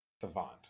Savant